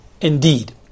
indeed